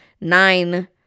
nine